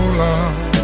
love